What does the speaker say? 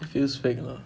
feels fake lah